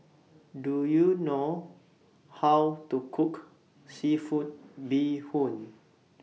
Do YOU know How to Cook Seafood Bee Hoon